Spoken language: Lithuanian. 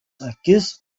akis